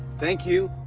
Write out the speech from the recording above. thank you,